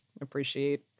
appreciate